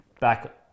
back